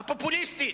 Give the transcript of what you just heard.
הפופוליסטית?